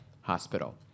hospital